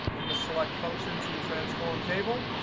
i'm going to select function to transform table,